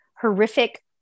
horrific